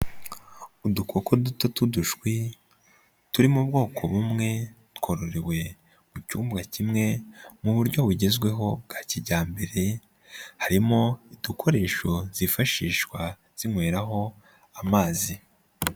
Udukoko duto tw'udushwi turi mu bwoko bumwe, twororewe mu cyumba kimwe mu buryo bugezweho bwa kijyambere, harimo igikoresho cyifashishwa zinyweraho amazi.